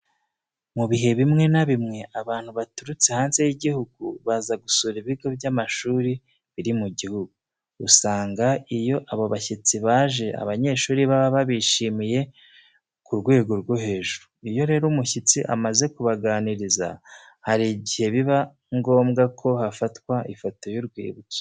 Mu bihe bimwe na bimwe abantu baturutse hanze y'igihugu baza gusura ibigo by'amashuri biri mu gihugu. Usanga iyo abo bashyitsi baje abanyeshuri baba bashimiye ku rwego rwo hejuru. Iyo rero umushyitsi amaze kubaganirirza hari igihe biba ngombwa ko hafatwa ifoto y'urwibutso.